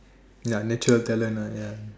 ya naturally talent ya